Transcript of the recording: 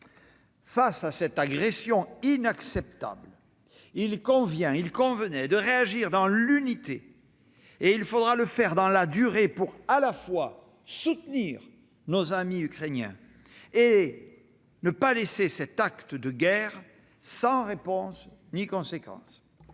Face à cette agression inacceptable, il convient de réagir dans l'unité et dans la durée pour, à la fois, soutenir nos amis ukrainiens et ne pas laisser cet acte de guerre sans réponse ni conséquence.